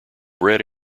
bread